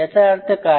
याचा अर्थ काय